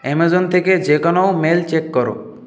Amazon থেকে যেকোনও mail check কর